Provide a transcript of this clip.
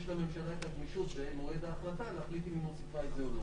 יש לממשלה את הגמישות ומועד ההחלטה אם היא מוסיפה את זה או לא,